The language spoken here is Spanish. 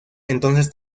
entonces